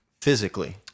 physically